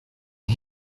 met